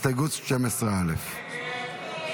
הסתייגות 12 לחלופין א לא